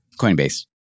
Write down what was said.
coinbase